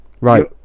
right